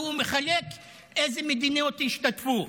והוא מחלק אילו מדינות ישתתפו.